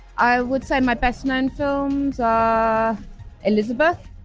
i would say my best known films are elizabeth,